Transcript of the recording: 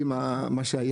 עם מה שהיה,